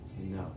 No